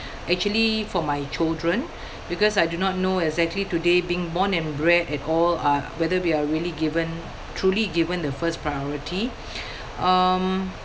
actually for my children because I do not know exactly today being born and bred at all uh whether they are really given truly given the first priority um